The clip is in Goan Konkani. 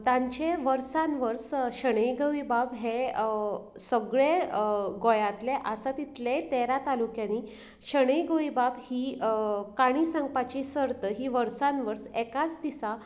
तांचे वर्सान वर्स शणै गोंयबाब हें सगळें गोंयांतले आसा तितलेय तेरा तालुक्यांनी शणै गोंयबाब ही काणी सांगपाची सर्त ही वर्सान वर्स एकाच दिसा